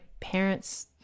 parents